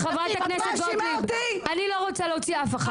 חברת הכנסת גוטליב, אני לא רוצה להוציא אף אחד.